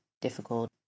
difficult